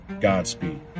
Godspeed